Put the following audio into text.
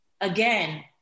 Again